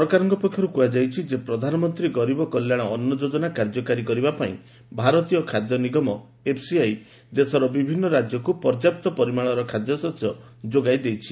ସରକାରଙ୍କ ପକ୍ଷରୁ କୁହାଯାଇଛି ଯେ ପ୍ରଧାନମନ୍ତ୍ରୀ ଗରିବ କଲ୍ୟାଣ ଅନୁ ଯୋଜନା କାର୍ଯ୍ୟକାରୀ କରିବା ପାଇଁ ଭାରତୀୟ ଖାଦ୍ୟ ନିଗମ ଏଫ୍ସିଆଇ ଦେଶର ବିଭିନ୍ନ ରାଜ୍ୟକୁ ପର୍ଯ୍ୟାପ୍ତ ପରିମାଣର ଖାଦ୍ୟଶସ୍ୟ ଯୋଗାଇ ଦେଇଛି